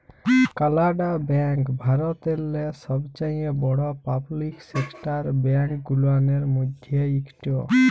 কালাড়া ব্যাংক ভারতেল্লে ছবচাঁয়ে বড় পাবলিক সেকটার ব্যাংক গুলানের ম্যধে ইকট